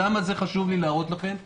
למה חשוב לי להראות לכם את זה?